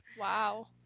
Wow